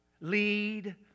Lead